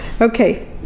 Okay